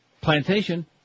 Plantation